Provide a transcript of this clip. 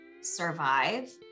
survive